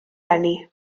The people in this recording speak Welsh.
eni